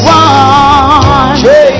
one